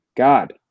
god